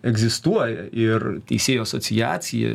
egzistuoja ir teisėjų asociacija